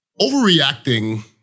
overreacting